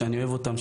שאני אוהב אותם,